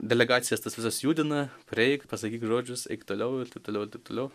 delegacijas tas visas judina prieik pasakyk žodžius eik toliau ir taip toliau ir taip toliau